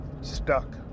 stuck